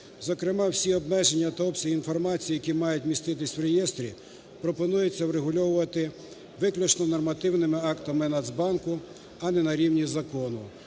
Зокрема, всі обмеження та обсяг інформації, який мають міститись в реєстрі, пропонується врегульовувати виключно нормативними актами Нацбанку, а не на рівні закону.